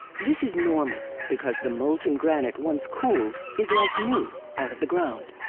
this is normal, because the molten granite, once cooled, is like new, out of the ground!